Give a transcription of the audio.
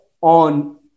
on